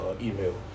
email